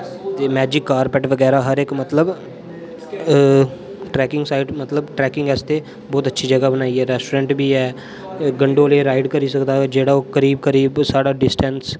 ते magic carpet बगैरा हर एक मतलब अ ट्रैकिंग साइड मतलब ट्रैकिंग आस्तै बोह्त अच्छी जगह बनाई रेस्टोरेंट ऐ गनड़ोले राइड करी सकदा जेहड़ा ओह् करीब करीब साढ़ा डिस्टेंस